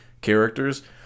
characters